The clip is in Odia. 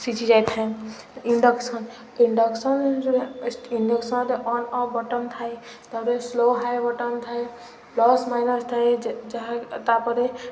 ସିଝି ଯାଇଥାଏ ଇଣ୍ଡକ୍ସନ୍ ଇଣ୍ଡକ୍ସନ୍ ଇଣ୍ଡକ୍ସନ୍ରେ ଅନ୍ ଅଫ୍ ବଟନ୍ ଥାଏ ତାପରେ ସ୍ଲୋ ହୁଏ ବଟନ୍ ଥାଏ ପ୍ଲସ୍ ମାଇନସ୍ ଥାଏ ଯାହା ତାପରେ